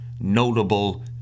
notable